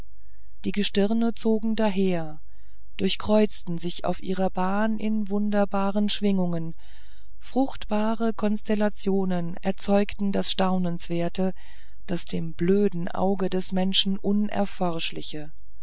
die gestirne zogen daher durchkreuzten sich auf ihrer bahn in wunderbaren schwingungen und furchtbare konstellationen erzeugten das staunenswerte das dem blöden auge des menschen